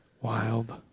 Wild